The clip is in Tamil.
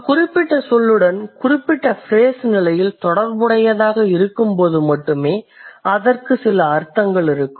ஒரு குறிப்பிட்ட சொல்லுடன் குறிப்பிட்ட ஃப்ரேஸ் நிலையில் தொடர்புடையதாக இருக்கும்போது மட்டுமே அதற்கு சில அர்த்தங்கள் இருக்கும்